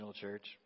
church